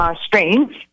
strains